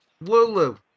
Lulu